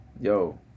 yo